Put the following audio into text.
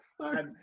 Sorry